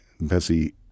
Bessie